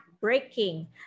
breaking